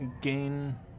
gain